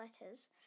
letters